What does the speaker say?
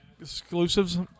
exclusives